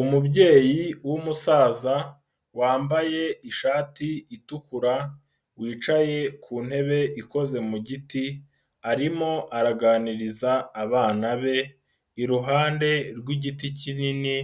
Umubyeyi w'umusaza wambaye ishati itukura wicaye ku ntebe ikoze mu giti arimo araganiriza abana be, iruhande rw'igiti kinini